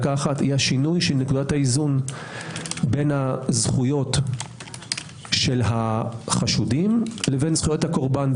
השינוי של נקודת האיזון בין הזכויות של החשודים לזכויות הקורבן.